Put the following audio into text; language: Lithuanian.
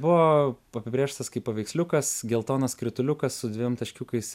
buvo apibrėžtas kaip paveiksliukas geltonas skrituliukas su dviem taškiukais